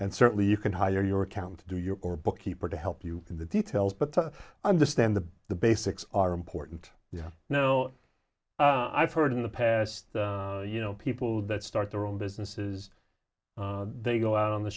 and certainly you can hire your account to do your bookkeeper to help you in the details but understand the the basics are important you know i've heard in the past you know people that start their own businesses they go out on the